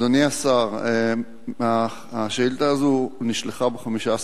אדוני השר, השאילתא הזו נשלחה ב-15